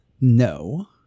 No